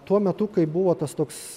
tuo metu kai buvo tas toks